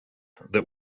that